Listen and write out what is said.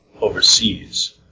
overseas